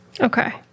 Okay